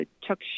Chuck